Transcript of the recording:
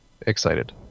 excited